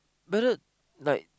whether like